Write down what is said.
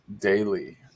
daily